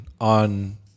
on